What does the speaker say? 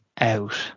out